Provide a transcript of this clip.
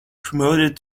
promoted